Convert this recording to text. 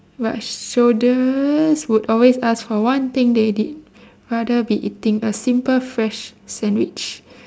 but soldiers would always asking for one thing they did rather be eating a simple fresh sandwich